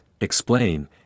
explain